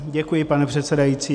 Děkuji, pane předsedající.